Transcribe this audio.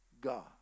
God